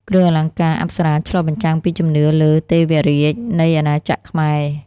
គ្រឿងអលង្ការអប្សរាឆ្លុះបញ្ចាំងពីជំនឿលើ "ទេវរាជ" នៃអាណាចក្រខ្មែរ។